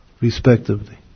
respectively